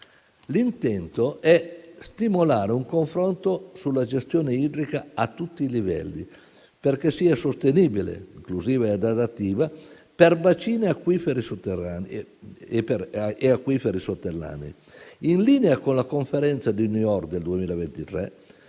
L'intento è stimolare un confronto sulla gestione idrica a tutti i livelli, perché sia sostenibile, inclusiva ed adattiva, per bacini acquiferi sotterranei, in linea con la Conferenza di New York del 2023